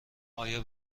آیا